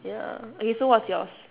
ya okay so what's yours